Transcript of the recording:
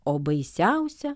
o baisiausia